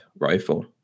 rifle